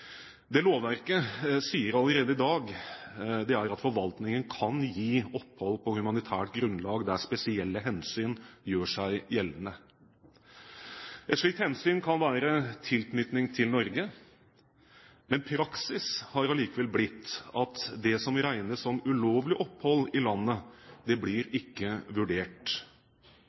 Det lovverket sier allerede i dag, er at forvaltningen kan gi opphold på humanitært grunnlag «der spesielle hensyn gjør seg gjeldende». Et slikt hensyn kan være tilknytning til Norge, men praksis har allikevel blitt at det som regnes som ulovlig opphold i landet, blir ikke vurdert.